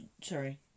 sorry